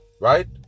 right